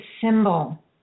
symbol